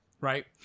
right